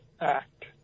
Act